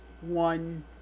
one